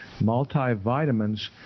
multivitamins